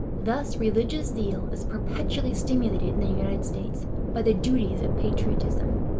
thus religious zeal is perpetually stimulated in the united states by the duties of patriotism.